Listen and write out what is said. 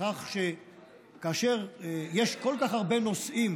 בכך שכאשר יש כל כך הרבה נושאים,